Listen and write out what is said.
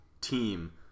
team